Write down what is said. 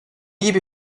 gibi